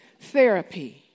Therapy